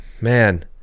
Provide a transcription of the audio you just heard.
man